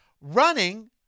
running